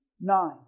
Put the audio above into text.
nine